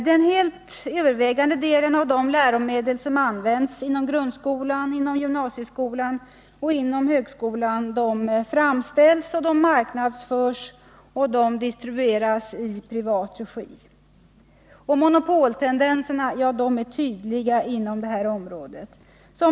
Den helt övervägande delen av de läromedel som används inom grund Nr 120 skolan, gymnasieskolan och högskolan framställs, marknadsförs och distribueras i privat regi. Monopoltendenserna är tydliga inom detta område.